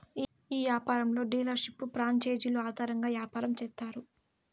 ఈ యాపారంలో డీలర్షిప్లు ప్రాంచేజీలు ఆధారంగా యాపారం చేత్తారు